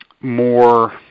more